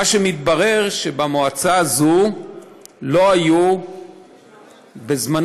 מה שמתברר, שבמועצה הזאת לא היו בזמנו,